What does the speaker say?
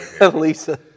Lisa